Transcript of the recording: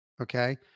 Okay